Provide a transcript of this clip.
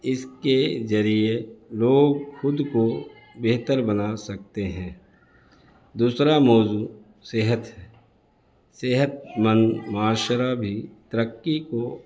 اس کے ذریعے لوگ خود کو بہتر بنا سکتے ہیں دوسرا موضوع صحت ہے صحت مند معاشرہ بھی ترقی کو